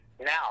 Now